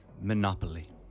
Monopoly